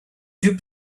two